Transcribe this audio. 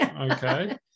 Okay